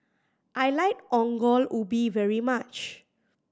I like Ongol Ubi very much